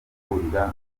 guhurira